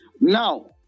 now